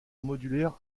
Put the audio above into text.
modulaire